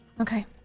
okay